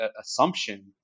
assumption